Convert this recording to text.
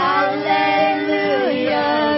Hallelujah